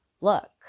look